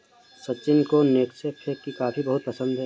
सचिन को नेस्कैफे की कॉफी बहुत पसंद है